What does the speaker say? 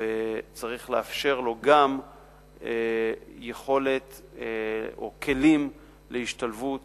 וצריך לאפשר לו יכולת או כלים להשתלבות